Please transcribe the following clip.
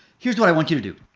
here's what i want you to do.